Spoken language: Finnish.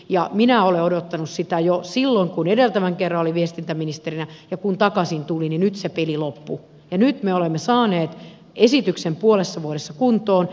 ja minä olen odottanut sitä jo silloin kun edeltävän kerran olin viestintäministerinä ja kun takaisin tulinykset piti loppu ja nyt me olemme saaneet esityksen puolessa vuodessa kuntoon